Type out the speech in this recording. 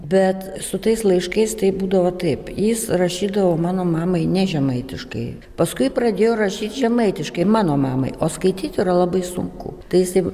bet su tais laiškais taip būdavo taip jis rašydavo mano mamai ne žemaitiškai paskui pradėjo rašyt žemaitiškai mano mamai o skaityt yra labai sunku tai jisai